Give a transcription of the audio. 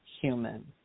human